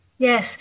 Yes